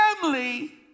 family